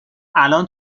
الان